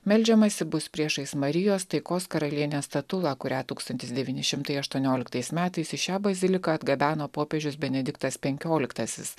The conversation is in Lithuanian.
meldžiamasi bus priešais marijos taikos karalienės statulą kurią tūkstantis devyni šimtai aštuonioliktais metais į šią baziliką atgabeno popiežius benediktas penkioliktasis